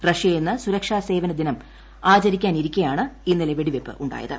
Russia ഇന്ന് സുരക്ഷാ സേവന ദിനം ആചരിക്കാനിരിക്കെയ്യാണ്ട് ഇന്നലെ വെടിവയ്പ്പ് ഉണ്ടായത്